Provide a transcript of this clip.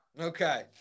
okay